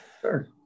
Sure